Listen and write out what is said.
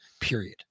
Period